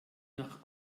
nach